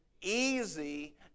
easy